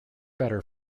better